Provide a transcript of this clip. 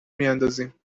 میاندازیم